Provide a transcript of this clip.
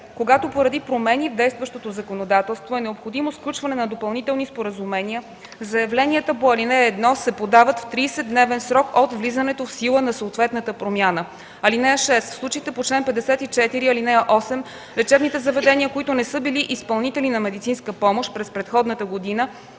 Когато поради промени в действащото законодателство е необходимо сключване на допълнителни споразумения, заявленията по ал. 1 се подават в 30-дневен срок от влизането в сила на съответната промяна. (6) В случаите по чл. 54, ал. 8 лечебните заведения, които не са били изпълнители на медицинска помощ през предходната година,